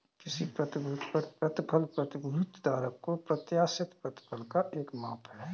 किसी प्रतिभूति पर प्रतिफल प्रतिभूति धारक को प्रत्याशित प्रतिफल का एक माप है